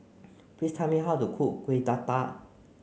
please tell me how to cook Kueh Dadar